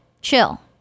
chill